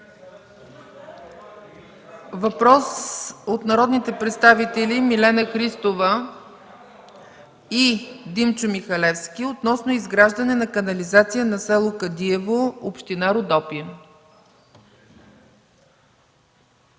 Въпрос от народните представители Милена Христова и Димчо Михалевски относно изграждане на канализация на село Кадиево, община Родопи.